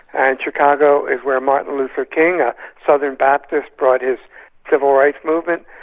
and chicago is where martin luther king, a southern baptist brought his civil rights movement,